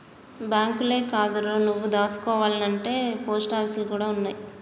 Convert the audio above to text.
బాంకులే కాదురో, నువ్వు దాసుకోవాల్నంటే పోస్టాపీసులు గూడ ఉన్నయ్